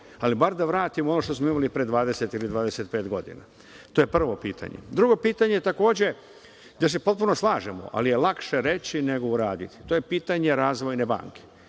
ali barem da vratimo ono što smo imali pre 20 ili 25 godina. To je prvo pitanje. Drugo pitanje, takođe, gde se potpuno slažemo, ali je je lakše reći nego uraditi, to je pitanje Razvojne banke.